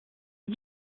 est